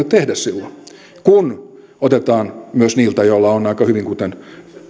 tehdä silloin kun otetaan myös niiltä joilla on aika hyvin kuten